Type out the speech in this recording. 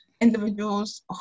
individuals